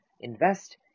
Invest